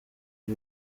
ibi